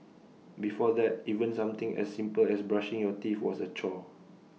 before that even something as simple as brushing your teeth was A chore